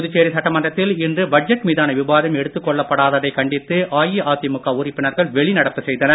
புதுச்சேரி சட்டமன்றத்தில் இன்று பட்ஜெட் மீதனா விவாதம் எடுத்துக் கொள்ளப் படாததை கண்டித்து அஇஅதிமுக உறுப்பினர்கள் வெளிநடப்பு செய்தனர்